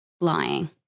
lying